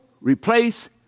replace